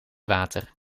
water